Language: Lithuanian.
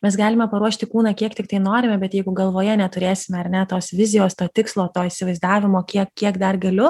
mes galime paruošti kūną kiek tiktai norime bet jeigu galvoje neturėsime ar ne tos vizijos to tikslo to įsivaizdavimo kiek kiek dar galiu